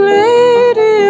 lady